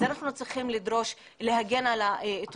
אז אנחנו צריכים לדרוש להגן על העיתונאים,